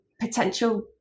potential